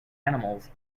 animals